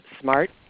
smart